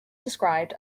described